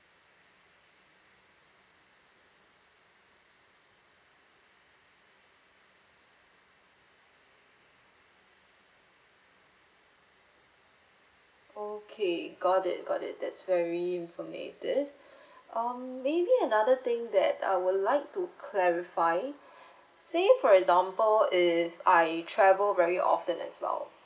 okay got it got it that's very informative um maybe another thing that I would like to clarify say for example if I travel very often as well